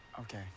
Okay